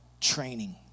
training